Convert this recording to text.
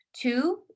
Two